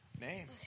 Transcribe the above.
Name